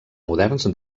moderns